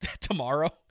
tomorrow